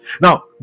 now